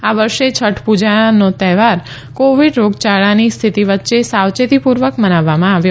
આ વર્ષે છઠ પુજાને તહેવાર કોવીડ રોગયાળાની સ્થિતિ વચે સાવયેતી પુર્વક મનાવવામાં આવ્યો